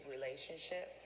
relationship